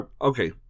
okay